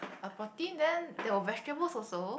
a protein then there was vegetables also